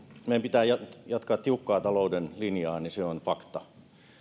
meidän pitää jatkaa tiukkaa talouden linjaa on fakta